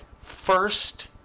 first